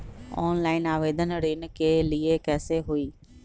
Online आवेदन ऋन के लिए कैसे हुई?